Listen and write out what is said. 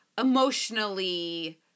emotionally